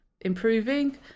improving